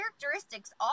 characteristics